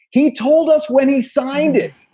he told us when he signed it.